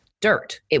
dirt